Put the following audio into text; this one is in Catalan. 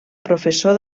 professor